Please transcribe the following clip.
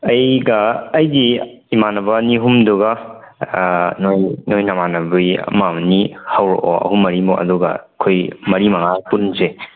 ꯑꯩꯒ ꯑꯩꯒꯤ ꯏꯃꯥꯅꯕ ꯑꯅꯤ ꯑꯍꯨꯝꯗꯨꯒ ꯅꯣꯏ ꯅꯣꯏ ꯅꯃꯥꯅꯕꯤ ꯑꯃ ꯑꯅꯤ ꯍꯧꯔꯛꯑꯣ ꯑꯍꯨꯝ ꯃꯔꯤꯃꯨꯛ ꯑꯗꯨꯒ ꯑꯩꯈꯣꯏ ꯃꯔꯤ ꯃꯉꯥ ꯄꯨꯟꯁꯦ